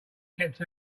kept